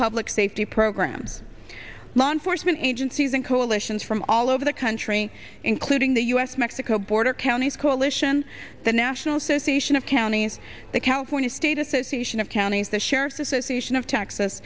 public safety program mon foresman agencies and coalitions from all over the country including the us mexico border counties coalition the national association of counties the california state association of counties the sheriffs association of texas